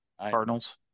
cardinals